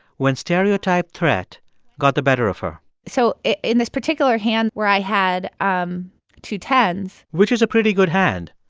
when stereotype threat got the better of her so in this particular hand, where i had um two ten s. which is a pretty good hand.